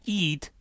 eat